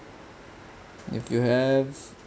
if you have